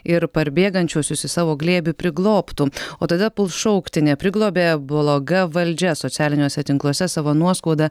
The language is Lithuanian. ir parbėgančiuosius į savo glėbį priglobtų o tada puls šaukti nepriglobė bloga valdžia socialiniuose tinkluose savo nuoskaudą